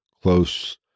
Close